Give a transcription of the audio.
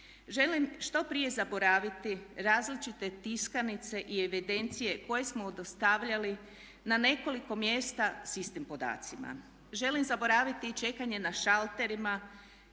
Želim što prije zaboraviti različite tiskanice i evidencije koje smo dostavljali na nekoliko mjesta s istim podacima, želim zaboraviti i čekanje na šalterima,